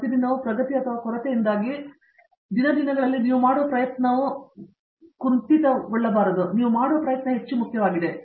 ಪ್ರತಿದಿನವೂ ಪ್ರಗತಿ ಅಥವಾ ಕೊರತೆಯಿಂದಾಗಿ ದಿನ ಮತ್ತು ದಿನಗಳಲ್ಲಿ ನೀವು ಮಾಡುವ ಪ್ರಯತ್ನವು ಹೆಚ್ಚು ಮುಖ್ಯವಾದುದು